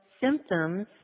symptoms